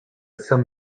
some